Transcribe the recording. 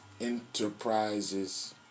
Enterprises